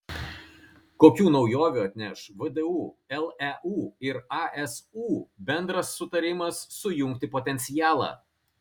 kokių naujovių atneš vdu leu ir asu bendras sutarimas sujungti potencialą